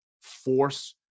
force